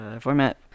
format